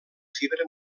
fibra